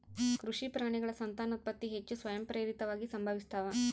ಕೃಷಿ ಪ್ರಾಣಿಗಳ ಸಂತಾನೋತ್ಪತ್ತಿ ಹೆಚ್ಚು ಸ್ವಯಂಪ್ರೇರಿತವಾಗಿ ಸಂಭವಿಸ್ತಾವ